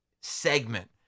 segment